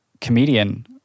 comedian